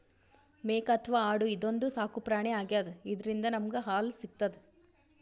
ಮೇಕೆ ಅಥವಾ ಆಡು ಇದೊಂದ್ ಸಾಕುಪ್ರಾಣಿ ಆಗ್ಯಾದ ಇದ್ರಿಂದ್ ನಮ್ಗ್ ಹಾಲ್ ಸಿಗ್ತದ್